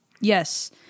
Yes